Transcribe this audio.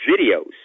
videos